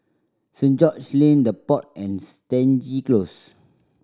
Saint George Lane The Pod and Stangee Close